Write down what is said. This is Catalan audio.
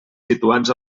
situats